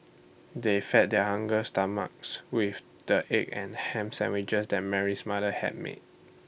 they fed their hungry stomachs with the egg and Ham Sandwiches that Mary's mother had made